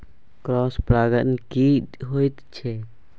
Cross परागण की होयत छै?